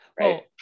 Right